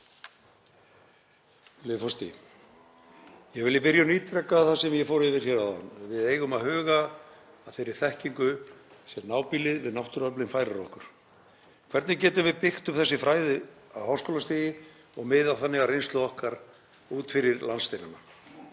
forseti. Ég vil í byrjun ítreka það sem ég fór yfir hér áðan. Við eigum að huga að þeirri þekkingu sem nábýlið við náttúruöflin færir okkur. Hvernig getum við byggt upp þessi fræði á háskólastigi og miðlað þannig af reynslu okkar út fyrir landsteinana?